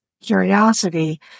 curiosity